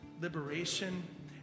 liberation